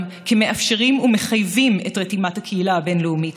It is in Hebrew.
כמאפשרים ומחייבים את רתימת הקהילה הבין-לאומית,